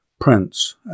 Prince